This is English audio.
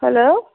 hello